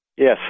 Yes